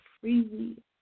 free